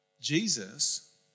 Jesus